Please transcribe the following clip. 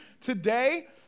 today